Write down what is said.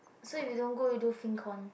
so if you don't go you do one